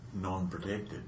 non-protected